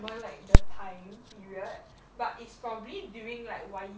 well like the time area but it's probably during like one